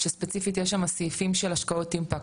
שספציפית יש שם סעיפים של השקעות אימפקט,